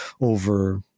over